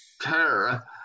terror